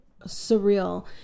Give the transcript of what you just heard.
surreal